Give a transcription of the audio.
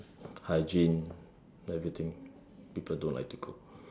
hygiene everything people don't like to go